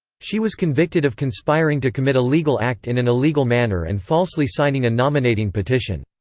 she was convicted of conspiring to commit a legal act in an illegal manner and falsely signing a nominating petition.